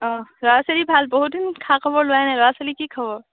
অ' ল'ৰা ছোৱালী ভাল বহুতদিন খা খবৰ লোৱাই নাই ল'ৰা ছোৱালী কি খবৰ